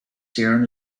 sharon